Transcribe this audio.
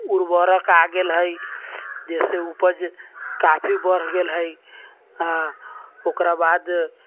उर्वरक आबि गेल हइ जाहिसँ उपज काफी बढ़ि गेल हइ ओकरा बाद